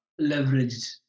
leveraged